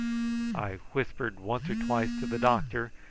i whispered once or twice to the doctor,